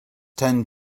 tend